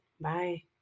Bye